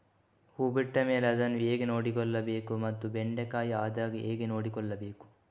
ಹೂ ಬಿಟ್ಟ ಮೇಲೆ ಅದನ್ನು ಹೇಗೆ ನೋಡಿಕೊಳ್ಳಬೇಕು ಮತ್ತೆ ಬೆಂಡೆ ಕಾಯಿ ಆದಾಗ ಹೇಗೆ ನೋಡಿಕೊಳ್ಳಬೇಕು?